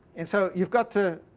and so, you've got to,